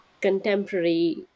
contemporary